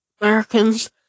Americans